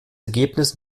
ergebnis